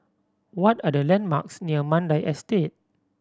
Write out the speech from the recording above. what are the landmarks near Mandai Estate